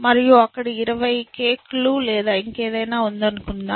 మరియు అక్కడ 20 కేక్ లు లేదా ఇంకేదైనా ఉందనుకుందాం